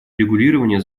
регулирование